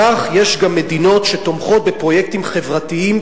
כך יש גם מדינות שתומכות בפרויקטים חברתיים,